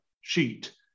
sheet